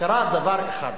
קרה דבר אחד: